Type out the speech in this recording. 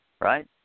right